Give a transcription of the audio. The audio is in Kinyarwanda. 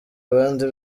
abandi